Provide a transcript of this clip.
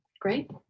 great